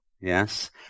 Yes